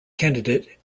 candidate